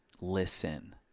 listen